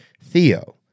Theo